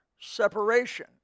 separation